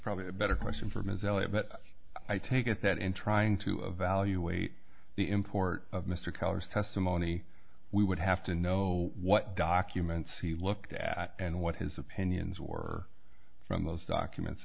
probably a better question for ms elliott but i take it that in trying to evaluate the import of mr colors testimony we would have to know what documents he looked at and what his opinions or from those documents